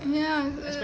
ya